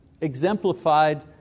exemplified